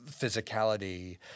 physicality